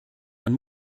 man